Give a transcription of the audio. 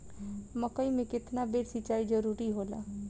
मकई मे केतना बेर सीचाई जरूरी होला?